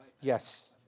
Yes